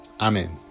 Amen